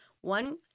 One